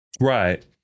Right